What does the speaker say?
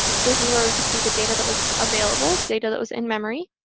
so this is where we could see the data that was available, data that was in memory.